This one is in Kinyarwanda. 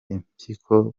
impyiko